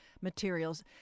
materials